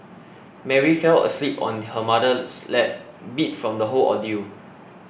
Mary fell asleep on her mother's lap beat from the whole ordeal